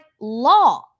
law